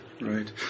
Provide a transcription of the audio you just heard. right